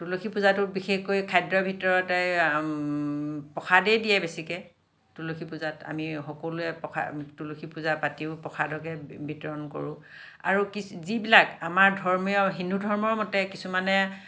তুলসী পূজাটো বিশেষকৈ খাদ্যৰ ভিতৰতে প্ৰসাদেই দিয়ে বেছিকে তুলসী পূজাত আমি সকলোৱে প্ৰসাদ তুলসী পূজাত পাতিও প্ৰসাদকে বিতৰণ কৰোঁ আৰু কিছু যিবিলাক আমাৰ ধৰ্মীয় হিন্দু ধৰ্মৰ মতে কিছুমানে